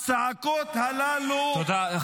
הצעקות הללו מעידות ----- תומך טרור